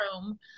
room